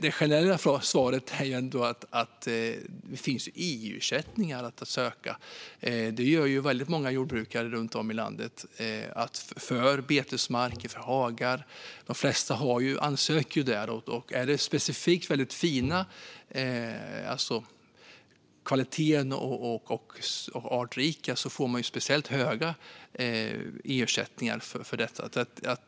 Det generella svaret är ändå att det finns EU-ersättningar att söka - det gör många jordbrukare runt om i landet - för betesmarker och hagar. De flesta ansöker om dessa ersättningar. Om det är fråga om specifik kvalitet och artrikedom finns speciellt höga EU-ersättningar för detta.